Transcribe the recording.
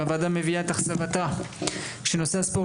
הוועדה מביעה את אכזבתה שנושא הספורט